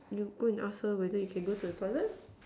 you go and ask her whether you can go to the toilet